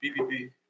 BBB